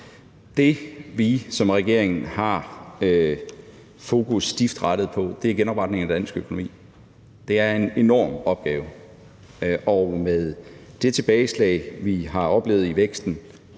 Det, vi som regering har fokus stift rettet på, er genopretningen af dansk økonomi. Det er en enorm opgave, og med det tilbageslag, vi har oplevet i væksten